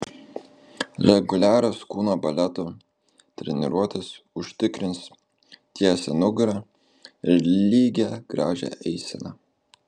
reguliarios kūno baleto treniruotės užtikrins tiesią nugarą ir lygią gražią eiseną